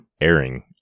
airing